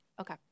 Okay